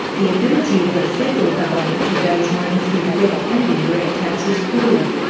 the ability of the federal government to raise money through direct and indirect taxes, grew,